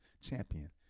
champion